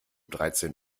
dreizehn